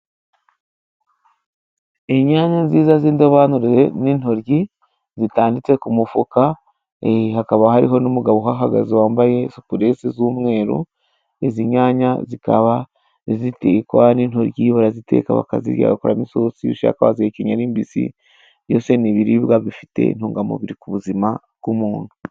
Inyanya nziza z'indobanure n'intoryi zitanditse ku mufuka hakaba hariho n'umugabo uhahagaze wambaye supuresi z'umweru ,izi nyanya zikaba zitekwa, n'intoryi baraziteka bakazikoramo isosi, ushaka wazihekenya ari mbisi ,byose ni ibiribwa bifite intungamubiri ku buzima bw'umuntu.